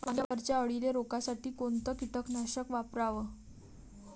वांग्यावरच्या अळीले रोकासाठी कोनतं कीटकनाशक वापराव?